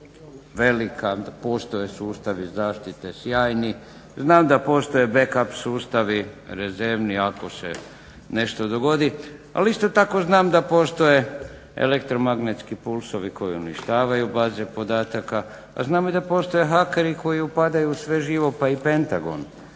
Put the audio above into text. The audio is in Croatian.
velika, da postoje sustavi zaštite sjajni, znam da postoje back-up sustavi rezervni ako se nešto dogodi, ali isto tako znam da postoje elektromagnetski pulsovi koji uništavaju baze podataka, a znamo i da postoje hakeri koji upadaju u sve živo pa i Pentagon.